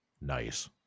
Nice